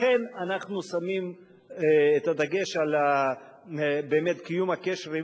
לכן אנחנו שמים את הדגש על קיום הקשר,